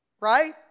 right